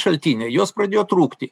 šaltinio jos pradėjo trūkti